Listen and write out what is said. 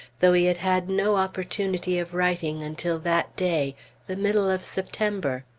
though he had had no opportunity of writing until that day the middle of september.